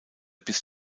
bis